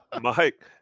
Mike